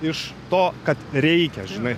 iš to kad reikia žinai